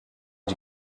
die